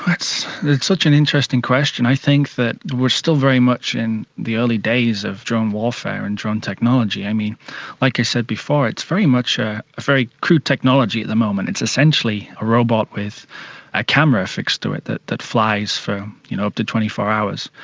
it's such an interesting question. i think that we're still very much in the early days of drone warfare and drone technology. like i said before, it's very much a very crude technology at the moment. it's essentially a robot with a camera fixed to it that that flies for you know up to twenty four hours.